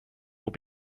will